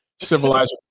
civilized